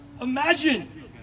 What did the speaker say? imagine